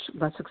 less